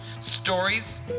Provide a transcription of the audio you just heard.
stories